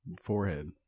forehead